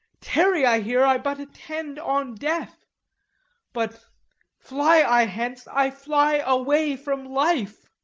tarry i here, i but attend on death but fly i hence, i fly away from life.